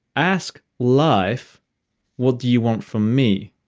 ask life what do you want from me?